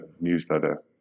newsletter